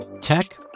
tech